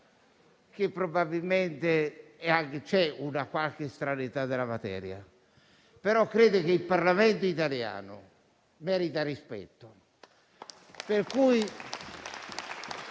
Probabilmente c'è una qualche estraneità della materia, ma credo che il Parlamento italiano meriti rispetto.